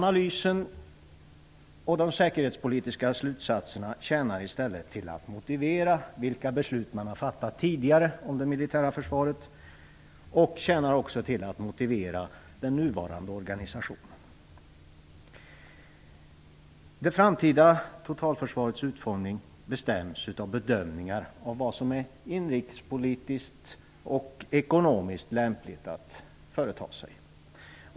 Analysen och de säkerhetspolitiska slutsatserna tjänar i stället till att motivera de beslut man har tidigare fattat om det militära försvaret och tjänar också till att motivera den nuvarande organisationen. Det framtida totalförsvarets utformning bestäms av bedömningar om vad som är inrikespolitiskt och ekonomiskt lämpligt att företa sig.